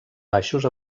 baixos